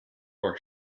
are